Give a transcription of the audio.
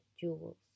jewels